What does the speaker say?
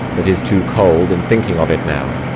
that is too cold in thinking of it now.